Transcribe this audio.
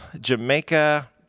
Jamaica